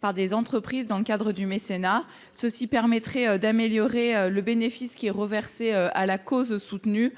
par des entreprises dans le cadre du mécénat. Cela permettrait d'améliorer le bénéfice reversé à la cause soutenue.